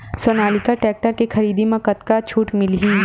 Sonalika tractor के खरीदी मा कतका छूट मीलही?